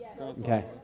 Okay